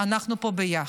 אנחנו פה ביחד.